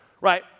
right